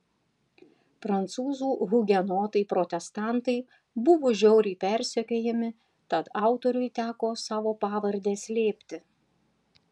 prancūzų hugenotai protestantai buvo žiauriai persekiojami tad autoriui teko savo pavardę slėpti